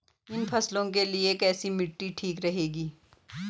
इन फसलों के लिए कैसी मिट्टी ठीक रहेगी?